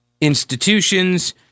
institutions